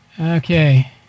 Okay